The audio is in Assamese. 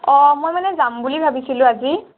অ' মই মানে যাম বুলি ভাবিছিলোঁ আজি